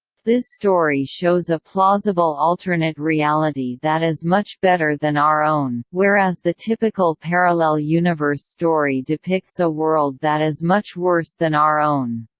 this story shows a plausible alternate reality that is much better than our own, whereas the typical parallel universe story depicts a world that is much worse than our own.